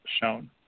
shown